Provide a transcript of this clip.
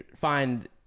find